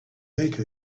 make